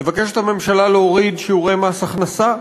מבקשת הממשלה להוריד שיעורי מס הכנסה.